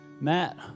Matt